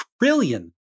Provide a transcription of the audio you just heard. trillion